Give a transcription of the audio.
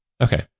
okay